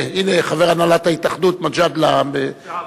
הנה חבר הנהלת ההתאחדות, מג'אדלה, לשעבר.